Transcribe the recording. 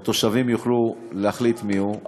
שהתושבים, הדיירים יוכלו להחליט מיהו,